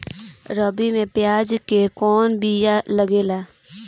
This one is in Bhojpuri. रबी में प्याज के कौन बीया लागेला?